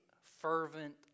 fervent